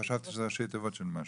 חשבתי זה ראשי תיבות של משהו.